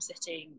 sitting